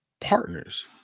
partners